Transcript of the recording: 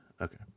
Okay